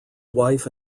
wife